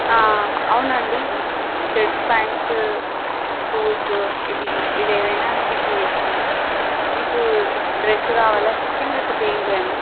అవునండి shirts pants suits ఇవి ఇవి ఏవైనా స్టిచింగ్ చేస్తాము మీకు డ్రెస్ కావాలా స్టిచింగ్ లేపోతే ఏంటండి